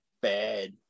bad